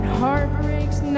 heartbreaks